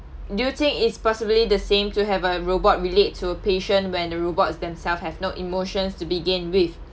do you think it's possibly the same to have a robot relate to patient when the robots themselves have no emotions to begin with